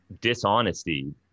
dishonesty